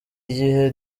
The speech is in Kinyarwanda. igihe